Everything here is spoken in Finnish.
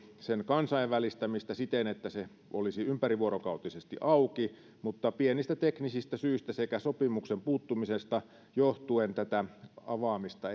sen kansainvälistämistä siten että se olisi ympärivuorokautisesti auki on valmisteltu pitkään mutta pienistä teknisistä syistä sekä sopimuksen puuttumisesta johtuen tätä avaamista